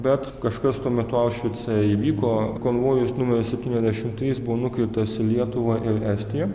bet kažkas tuo metu aušvice įvyko konvojus numeris septyniasdešimt trys buvo nukreiptas į lietuvą ir estiją